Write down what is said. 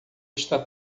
está